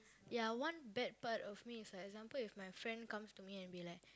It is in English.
ya one bad part of me it's like example if my friend comes to me and be like